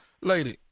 Lady